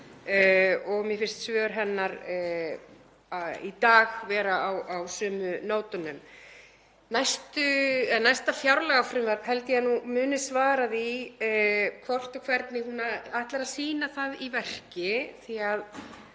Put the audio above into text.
og mér finnst svör hennar í dag vera á sömu nótunum. Næsta fjárlagafrumvarp held ég að muni svara því hvort og hvernig hún ætlar að sýna það í verki